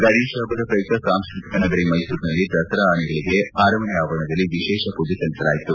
ಗಣೇಶ ಹಬ್ಬದ ಪ್ರಯುಕ್ತ ಸಾಂಸ್ನತಿಕ ನಗರಿ ಮೈಸೂರಿನಲ್ಲಿ ದಸರಾ ಆನೆಗಳಿಗೆ ಅರಮನೆ ಆವರಣದಲ್ಲಿ ವಿಶೇಷ ಮೂಜೆ ಸಲ್ಲಿಸಲಾಯಿತು